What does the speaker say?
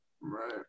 right